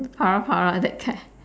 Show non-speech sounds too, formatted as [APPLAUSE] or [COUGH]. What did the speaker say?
para-para that kind [LAUGHS]